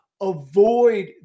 avoid